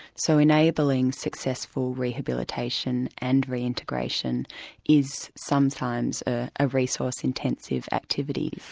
so enabling successful rehabilitation and reintegration is sometimes ah a resource-intensive activity.